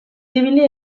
ibili